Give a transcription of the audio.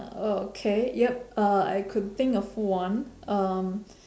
uh okay yup uh I could think of one um